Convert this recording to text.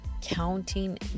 counting